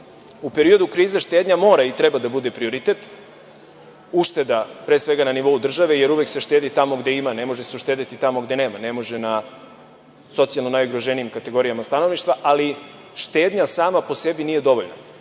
U periodu krize štednja mora i treba da bude prioritet. Ušteda pre svega na nivou države jer uvek se štedi tamo gde ima, ne može se uštedeti tamo gde nema. Ne može na socijalno najugroženijim kategorijama stanovništva, ali štednja samo po sebi nije dovoljna.